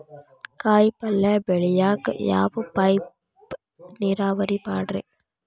ಕಾಯಿಪಲ್ಯ ಬೆಳಿಯಾಕ ಯಾವ ಟೈಪ್ ನೇರಾವರಿ ಪಾಡ್ರೇ?